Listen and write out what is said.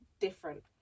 different